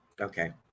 Okay